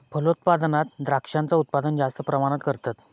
फलोत्पादनात द्रांक्षांचा उत्पादन जास्त प्रमाणात करतत